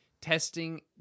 Testing